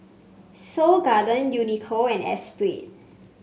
Seoul Garden Uniqlo and Espirit